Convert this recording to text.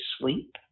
sleep